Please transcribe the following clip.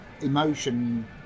emotion